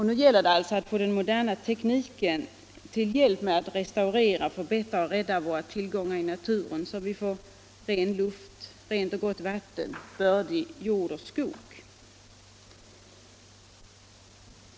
Nu gäller det alltså att ta den moderna tekniken till hjälp för att restaurera, förbättra och rädda våra tillgångar i naturen, så att vi får ren luft, rent och gott vatten, bördig jord och skog.